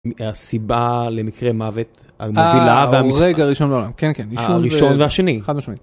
הסיבה למקרה מוות, המובילה והמס. אה.. ההורג הראשון בעולם, כן כן. הראשון והשני. חד משמעית.